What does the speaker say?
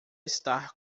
estar